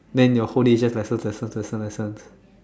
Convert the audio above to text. then your whole day is just lesson lesson lesson lessons